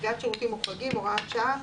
(קביעת שירותים מוחרגים) (הוראת שעה),